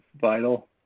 vital